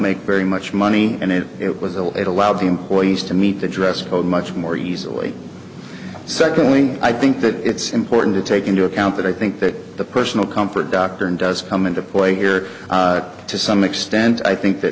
make very much money and if it was a will it allow the employees to meet the dress code much more easily secondly i think that it's important to take into account that i think that the personal comfort doctrine does come into play here to some extent i think that